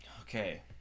okay